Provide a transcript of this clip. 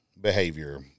behavior